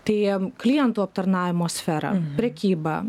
tai klientų aptarnavimo sfera prekyba